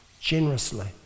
generously